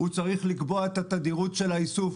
הוא צריך לקבוע את התדירות של האיסוף.